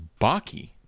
Baki